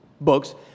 books